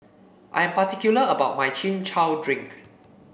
I am particular about my Chin Chow Drink